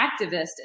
activist